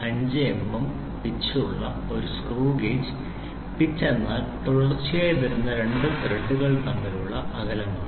5 mm pitch ഉള്ള ഒരു screw gauge pitch എന്നാൽ തുടർച്ചയായി വരുന്ന രണ്ട് ത്രെഡുകൾ തമ്മിലുള്ള അകലമാണ്